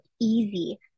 easy